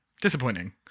Disappointing